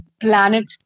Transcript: planet